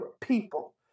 people